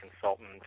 consultant